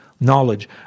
knowledge